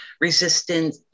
resistant